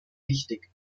wichtig